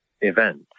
event